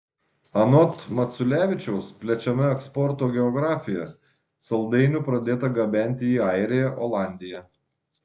anot maculevičiaus plečiama eksporto geografija saldainių pradėta gabenti į airiją olandiją